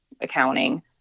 accounting